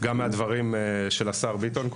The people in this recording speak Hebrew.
גם מהדברים שאמר קודם השר ביטון,